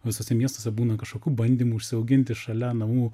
visuose miestuose būna kažkokių bandymų užsiauginti šalia namų